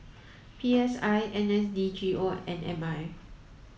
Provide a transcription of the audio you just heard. P S I N S D G O and M I